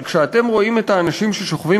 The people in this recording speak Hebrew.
אבל כשאתם רואים את האנשים ששוכבים